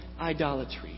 idolatry